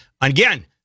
Again